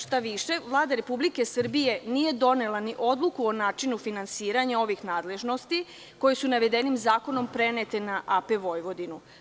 Šta više, Vlada Republike Srbije nije donela ni odluku o načinu finansiranja ovih nadležnosti koje su navedenim zakonom prenete na AP Vojvodinu.